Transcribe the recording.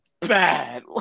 bad